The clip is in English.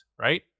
right